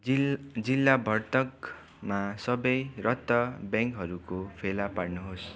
जिल्ला भद्रकमा सबै रद्द ब्याङ्कहरूको फेला पार्नु होस्